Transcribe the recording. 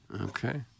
Okay